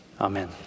Amen